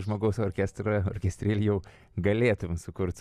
žmogaus orkestro orkestrėlį jau galėtume sukurt